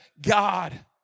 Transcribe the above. God